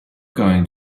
going